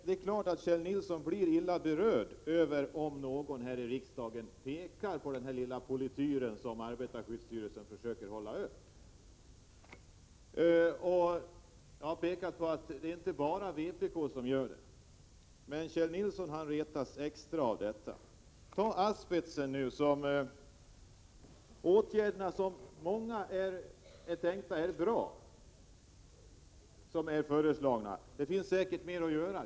Det är klart att Kjell Nilsson blir illa berörd, om någon här i riksdagen pekar på den lilla polityr som arbetarskyddsstyrelsen försöker ha. Det är inte bara vpk som kritiserar, men Kjell Nilsson retas nu extra. Ta exemplet med asbesten. Många av de föreslagna åtgärderna är bra, och det finns säkert mer att göra.